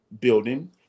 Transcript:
building